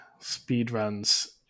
speedruns